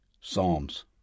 psalms